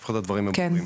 לפחות הדברים הם ברורים.